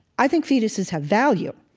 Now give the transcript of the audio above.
i think fetuses have value.